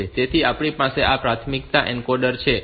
તેથી આપણી પાસે આ પ્રાથમિકતા એન્કોડર છે